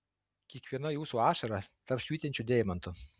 kiekviena jūsų ašara taps švytinčiu deimantu